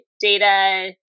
data